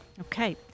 okay